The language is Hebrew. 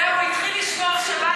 זהו, הוא התחיל לשמור שבת.